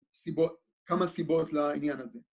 כמה סיבות לעניין הזה